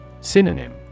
Synonym